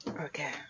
okay